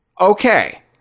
Okay